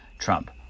Trump